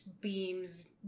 beams